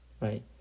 Right